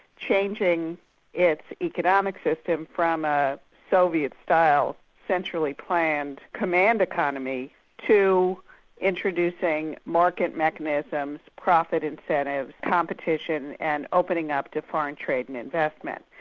changing its economic system from a soviet style centrally planned command economy to introducing market mechanisms, profit incentives, competition and opening up to foreign trade and investment.